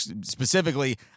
specifically